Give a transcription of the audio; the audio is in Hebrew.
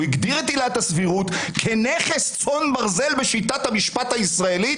הוא הגדיר את עילת הסבירות כנכס צאן ברזל בשיטת המשפט הישראלית